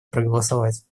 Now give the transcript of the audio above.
проголосовать